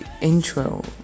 intro